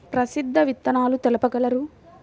ప్రసిద్ధ విత్తనాలు తెలుపగలరు?